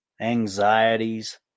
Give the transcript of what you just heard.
anxieties